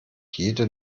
jede